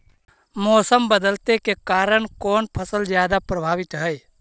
मोसम बदलते के कारन से कोन फसल ज्यादा प्रभाबीत हय?